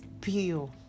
pure